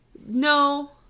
No